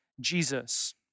Jesus